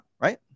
right